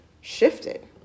shifted